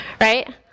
right